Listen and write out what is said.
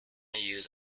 used